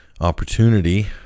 opportunity